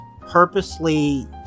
purposely